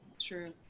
True